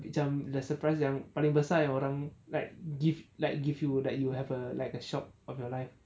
which um the surprise yang paling besar yang orang like give like give you like you have a shock of your life